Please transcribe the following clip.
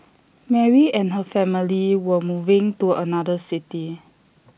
Mary and her family were moving to another city